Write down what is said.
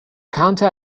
counter